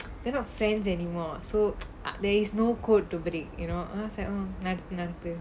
they're not friends anymore so there's no code to break you know I was like oh நடந்து நடந்து:nadathu nadathu